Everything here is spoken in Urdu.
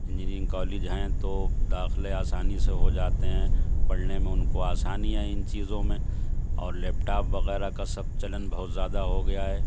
انجینئرنگ کالج ہیں تو داخلے آسانی سے ہو جاتے ہیں پڑھنے میں ان کو آسانی ہے ان چیزوں میں اور لیپ ٹاپ وغیرہ کا سب چلن بہت زیادہ ہو گیا ہے